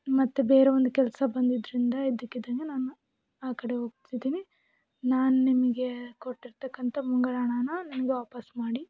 ಮತ್ತು ಬೇರೆ ಒಂದು ಕೆಲಸ ಬಂದಿದ್ದರಿಂದ ಇದ್ದಿಕ್ಕಿಂದ್ದಂಗೆ ನಾನು ಆ ಕಡೆ ಹೋಗ್ತಿದ್ದೀನಿ ನಾನು ನಿಮಗೆ ಕೊಟ್ಟಿರತಕ್ಕಂಥ ಮುಂಗಡ ಹಣನ ನನಗೆ ವಾಪಸ್ ಮಾಡಿ